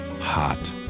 hot